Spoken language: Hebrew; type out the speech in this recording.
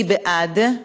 מי בעד?